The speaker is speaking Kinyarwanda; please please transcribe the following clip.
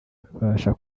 babasha